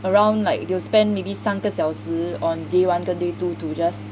around like they'll spend maybe 三个小时 on day one 跟 day two to just